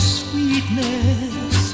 sweetness